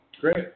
Great